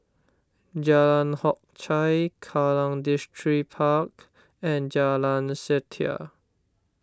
Jalan Hock Chye Kallang Distripark and Jalan Setia